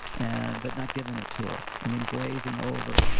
and but not giving it to her and then grazing over.